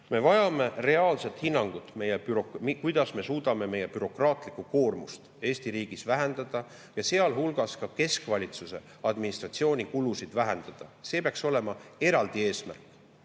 Me vajame reaalset hinnangut, kuidas me suudame meie bürokraatlikku koormust Eesti riigis vähendada ja sealhulgas ka keskvalitsuse administratsioonikulusid vähendada. See peaks olema eraldi eesmärk.